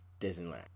Disneyland